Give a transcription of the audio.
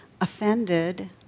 offended